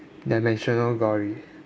dimensional gory